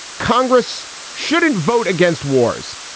congress shouldn't vote against wars.